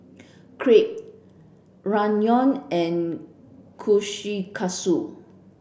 Crepe Ramyeon and Kushikatsu